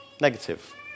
negative